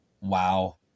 Wow